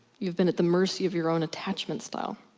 you've been at the mercy of your own attachment style.